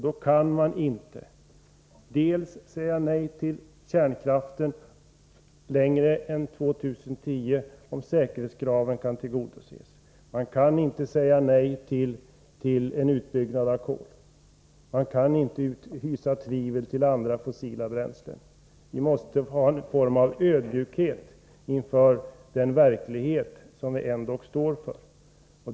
Då kan man inte vare sig säga nej till kärnkraft efter 2010 om säkerhetskraven kan tillgodoses eller säga nej till en utbyggnad av kol. Vi kan inte hysa tvivel om andra fossila bränslen. Vi måste visa ödmjukhet inför den verklighet vi ändock lever i.